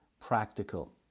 practical